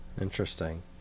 interesting